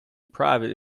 private